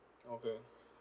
okay